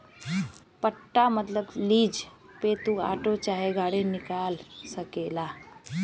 पट्टा मतबल लीज पे तू आटो चाहे गाड़ी निकाल सकेला